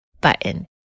button